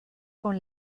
con